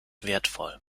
wertvoll